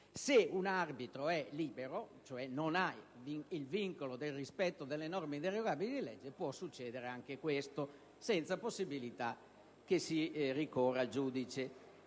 se un arbitro è libero, cioè non ha il vincolo del rispetto delle norme inderogabili di legge, può succedere anche questo, senza possibilità che si ricorra al giudice.